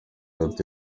ati